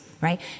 right